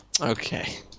Okay